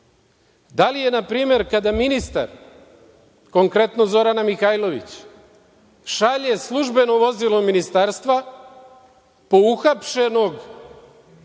stručnosti? Na primer, kada ministar, konkretno Zorana Mihajlović, šalje službeno vozilo ministarstva po uhapšenog